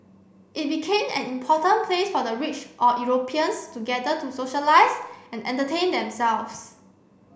it became an important place for the rich or Europeans to gather to socialise and entertain themselves